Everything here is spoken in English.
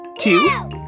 Two